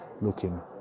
looking